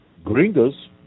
Gringos